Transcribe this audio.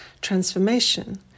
Transformation